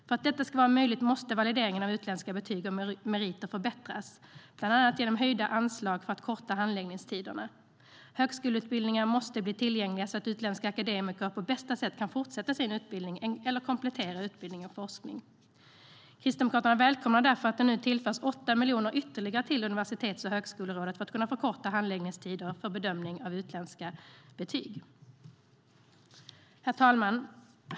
För att detta ska vara möjligt måste valideringen av utländska betyg och meriter förbättras, bland annat genom höjda anslag för att korta handläggningstiderna. Högskoleutbildningar måste bli tillgängliga så att utländska akademiker på bästa sätt kan fortsätta sin utbildning eller komplettera utbildning och forskning. Kristdemokraterna välkomnar därför att man nu tillför 8 miljoner ytterligare till Universitets och högskolerådet för att kunna förkorta handläggningstiderna för bedömning av utländska betyg. Herr talman!